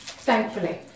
thankfully